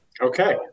Okay